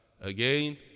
again